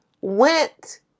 went